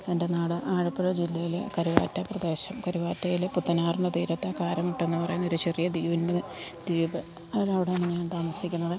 എൻ്റെ നാട് ആലപ്പുഴ ജില്ലയിലെ കരുവാറ്റ പ്രദേശം കരുവാറ്റയിലെ പുത്തനാറിന് തീരത്ത് കാരമുട്ടെന്ന് പറയുന്നൊര് ചെറിയ ദ്വീപിൽ നിന്ന് ദ്വീപ് അതിനോടാണ് ഞാൻ താമസിക്കുന്നത്